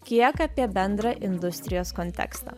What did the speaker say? kiek apie bendrą industrijos kontekstą